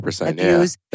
abuse